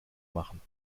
machen